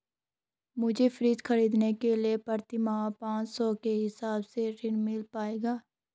मुझे फ्रीज खरीदने के लिए प्रति माह पाँच सौ के हिसाब से ऋण मिल पाएगा?